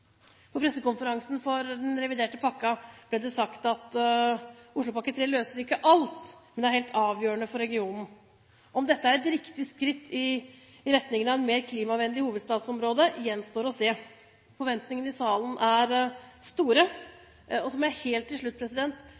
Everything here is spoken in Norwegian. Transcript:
På pressekonferansen for den reviderte pakken ble det sagt at Oslopakke 3 løser ikke alt, men den er helt avgjørende for regionen. Om dette er et riktig skritt i retning av et mer klimavennlig hovedstadsområde, gjenstår å se. Forventningene i salen er store. Så må jeg helt til slutt